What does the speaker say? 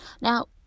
now